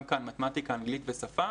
גם כאן מתמטיקה, אנגלית ושפה,